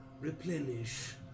replenish